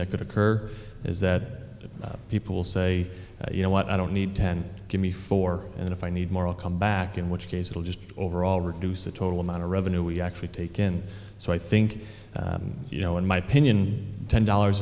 that could occur is that people say you know what i don't need ten give me four and if i need more will come back in which case it'll just overall reduce the total amount of revenue we actually taken so i think you know in my opinion ten dollars